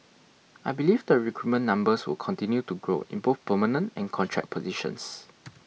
I believe the recruitment numbers will continue to grow in both permanent and contract positions